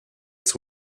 its